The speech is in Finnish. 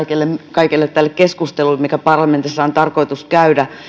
kaikelle tälle keskustelulle mikä parlamentissa on tarkoitus käydä